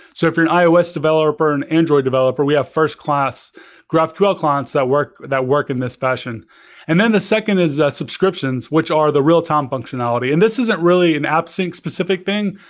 so if you're an ios developer and android developer, we have first-class graphql clients that work that work in this fashion and then the second is subscriptions, which are the real-time functionality. and this isn't really an appsync specific thing,